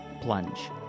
Plunge